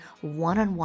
one-on-one